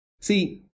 See